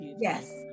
yes